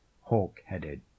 hawk-headed